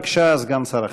בבקשה, סגן שר החינוך.